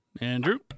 Andrew